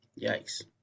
Yikes